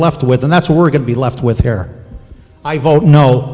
left with and that's what we're going to be left with here i vote no